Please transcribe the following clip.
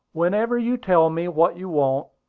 whenever you tell me what you want,